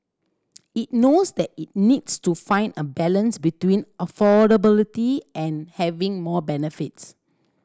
it knows that it needs to find a balance between affordability and having more benefits